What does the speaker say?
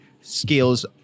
skills